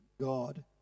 God